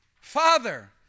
Father